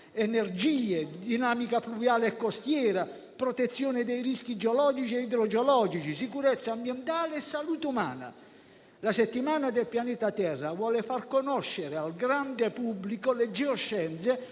energie, dinamica fluviale e costiera, protezione dai rischi geologici e idrogeologici, sicurezza ambientale e salute umana. La settimana del pianeta Terra vuole far conoscere al grande pubblico le geoscienze,